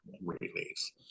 release